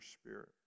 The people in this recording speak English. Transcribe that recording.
spirit